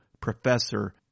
professor